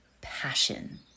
passion